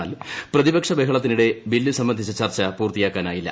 എന്നാൽ പ്രതിപക്ഷ ബഹളത്തിനിടെ ബില്ല് സംബന്ധിച്ച ചർച്ച പൂർത്തിയാക്കാനായില്ല